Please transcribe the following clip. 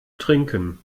trinken